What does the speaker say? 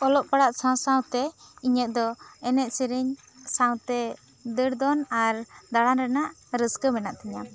ᱚᱞᱚᱜ ᱯᱟᱲᱦᱟᱣ ᱥᱟᱶ ᱥᱟᱶᱛᱮ ᱤᱧᱟᱹᱜ ᱫᱚ ᱮᱱᱮᱡ ᱥᱮᱨᱮᱧ ᱥᱟᱶᱛᱮ ᱫᱟᱹᱲ ᱫᱚᱱ ᱟᱨ ᱫᱟᱬᱟᱱ ᱨᱮᱱᱟᱜ ᱨᱟᱹᱥᱠᱟᱹ ᱢᱮᱱᱟᱜ ᱛᱤᱧᱟᱹ